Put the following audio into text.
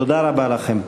תודה רבה לכם.